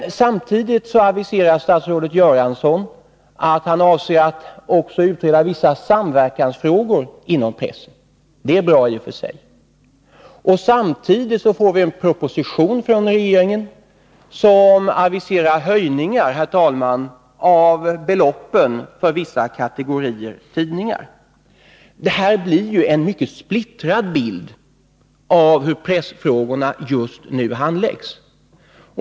Nu aviserar dock statsrådet Göransson att han avser att också utreda vissa samverkansfrågor inom pressen — vilket i och för sig är bra. Samtidigt får vi en proposition från regeringen som aviserar höjningar av beloppen för vissa kategorier tidningar. Detta ger en mycket splittrad bild av hur pressfrågorna just nu handläggs.